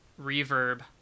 reverb